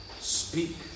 Speak